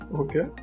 okay